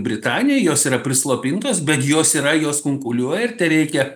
britanijoj jos yra prislopintos bet jos yra jos kunkuliuoja ir tereikia